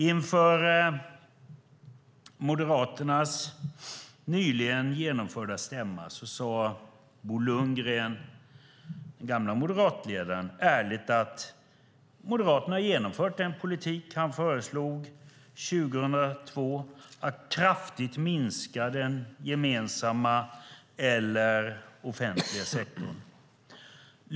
Inför Moderaternas nyligen genomförda stämma sade Bo Lundgren, den tidigare moderatledaren, ärligt att Moderaterna har genomfört den politik som han föreslog 2002 om att kraftigt minska den gemensamma eller offentliga sektorn.